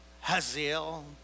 Hazel